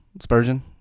Spurgeon